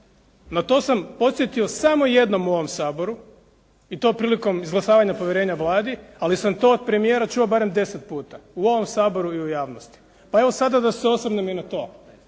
Na to sam podsjetio samo jednom u ovom Saboru i to prilikom izglasavanja povjerenja Vladi. Ali sam to od premijera čuo barem 10 puta, u ovom Saboru ili u javnosti. Pa evo sada da se osvrnem i na to.